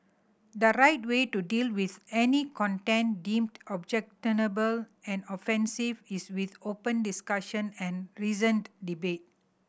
the right way to deal with any content deemed objectionable and offensive is with open discussion and reasoned debate